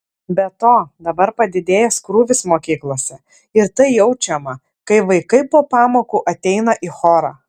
be to dabar padidėjęs krūvis mokyklose ir tai jaučiama kai vaikai po pamokų ateina į chorą